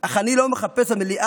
אך אני לא מחפש במליאה